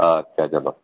અચ્છા ચાલો